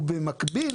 במקביל